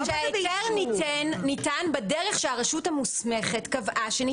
ההיתר ניתן בדרך שהרשות המוסמכת קבעה.